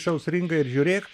sausringa ir žiūrėk